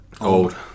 Old